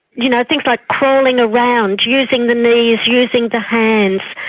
you know things like crawling around, using the knees, using the hands,